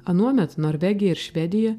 anuomet norvegija ir švedija